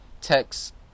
Text